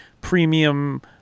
premium